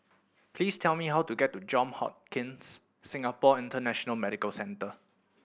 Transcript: please tell me how to get to John Hopkins Singapore International Medical Centre